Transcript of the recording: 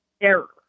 error